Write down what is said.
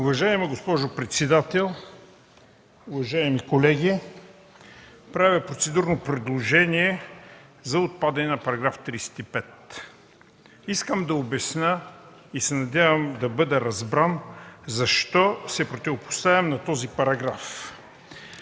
Уважаема госпожо председател, уважаеми колеги! Правя процедурно предложение за отпадане на § 35. Искам да обясня и се надявам да бъда разбран защо се противопоставям на този параграф.